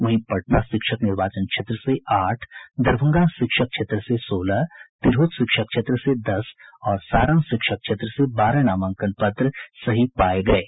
वहीं पटना शिक्षक निर्वाचन क्षेत्र से आठ दरभंगा शिक्षक क्षेत्र से सोलह तिरहुत शिक्षक क्षेत्र से दस और सारण शिक्षक क्षेत्र से बारह नामांकन पत्र सही पाये गये हैं